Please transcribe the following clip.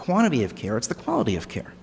quantity of care it's the quality of care